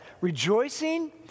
Rejoicing